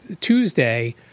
Tuesday